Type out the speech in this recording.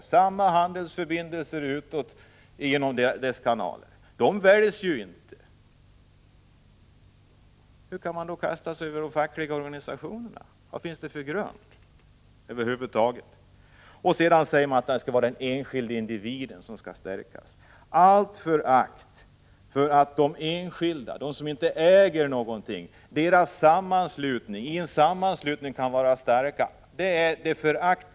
Vi har samma handelsförbindelser med utlandet genom deras kanaler. Dessa personer väljs ju inte. Vad finns det över huvud taget för grund för att kasta sig över de fackliga organisationerna? Moderaterna säger att det är den enskilde individens ställning som skall stärkas. Man visar från moderat sida förakt för att de enskilda, de som inte äger någonting, i en sammanslutning kan vara starka.